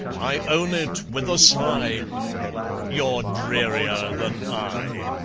i own it with a sigh you're drearier than i!